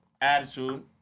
attitude